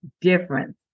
difference